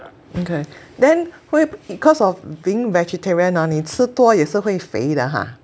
okay then 会 because of being vegetarian 啊你吃多也是会肥的 ha